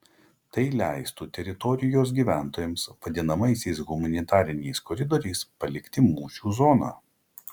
tai leistų teritorijos gyventojams vadinamaisiais humanitariniais koridoriais palikti mūšių zoną